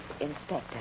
Inspector